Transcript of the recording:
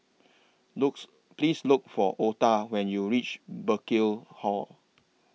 looks Please Look For Otha when YOU REACH Burkill Hall